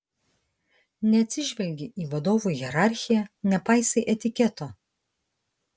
neatsižvelgi į vadovų hierarchiją nepaisai etiketo